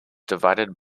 divided